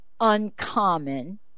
uncommon